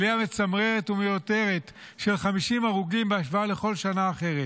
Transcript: עלייה מצמררת ומיותרת של 50 הרוגים בהשוואה לכל שנה אחרת.